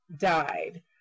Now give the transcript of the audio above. died